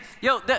yo